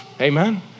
amen